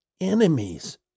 enemies